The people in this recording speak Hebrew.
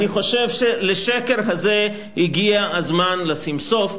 אני חושב שלשקר הזה הגיע הזמן לשים סוף.